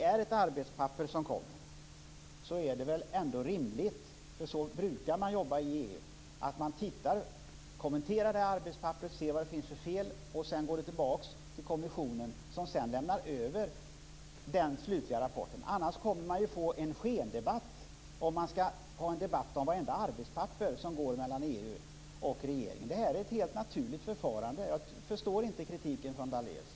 När ett arbetspapper läggs fram är det rimligt - så brukar det gå till i EU - att man tittar på och kommenterar fel i arbetspapperet som sedan sänds tillbaka till kommissionen. Kommissionen lämnar sedan över den slutliga rapporten. Skall vartenda papper som sänds mellan EU och regeringen kommenteras skapas en skendebatt. Det här är ett naturligt förfarande. Jag förstår inte kritiken från Daléus.